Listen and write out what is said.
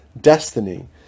destiny